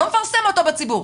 לא מפרסם אותו בציבור.